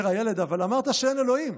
אומר הילד: אבל אמרת שאין אלוהים.